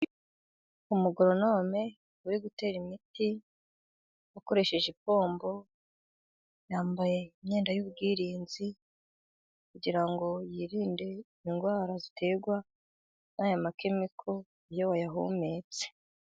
Umugoronome uri gutera imiti akoresheje ipombo，yambaye imyenda y'ubwirinzi，kugira ngo yirinde indwara， ziterwa n'aya makemiko iyo wayahumetse.